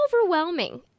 overwhelming